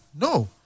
No